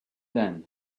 then